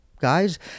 guys